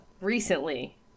recently